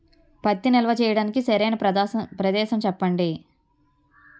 పత్తి నిల్వ చేయటానికి సరైన ప్రదేశం చెప్పండి?